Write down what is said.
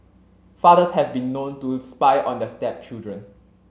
fathers have been known to spy on their stepchildren